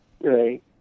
Right